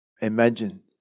imagine